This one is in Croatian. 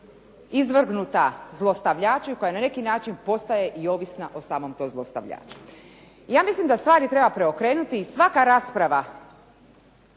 izvrgnuta zlostavljaču, koja na neki način postaje i ovisna o samom tom zlostavljaču. Ja mislim da stvari treba preokrenuti i svaka rasprava